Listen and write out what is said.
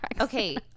Okay